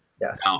Yes